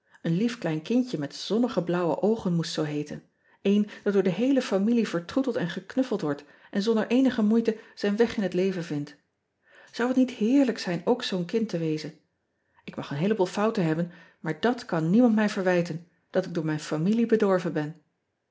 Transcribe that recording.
een lief klein kindje met zonnige blauwe oogen moest zoo heeten een dat door de heele familie vertroeteld en geknuffeld wordt en zonder eenige moeite zijn weg in het leven vindt ou het niet heerlijk zijn ook zoo n kind te wezen k mag een heeleboel fouten hebben maar dat kan niemand mij verwijten dat ik door mijn familie bedorven ben